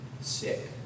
sick